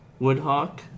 Woodhawk